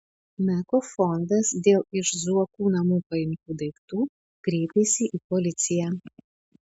meko fondas dėl iš zuokų namų paimtų daiktų kreipėsi į policiją